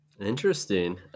Interesting